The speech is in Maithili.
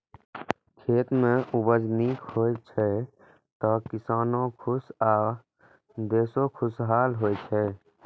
खेत मे उपज नीक होइ छै, तो किसानो खुश आ देशो खुशहाल होइ छै